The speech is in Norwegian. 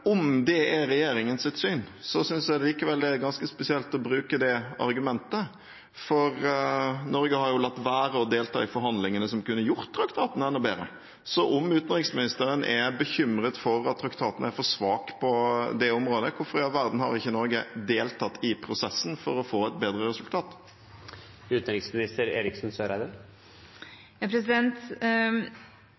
om det er regjeringens syn, synes jeg likevel det er ganske spesielt å bruke det argumentet, for Norge har jo latt være å delta i forhandlingene som kunne gjort traktaten enda bedre. Så om utenriksministeren er bekymret for at traktaten er for svak på det området, hvorfor i all verden har ikke Norge deltatt i prosessen for å få et bedre resultat?